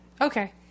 Okay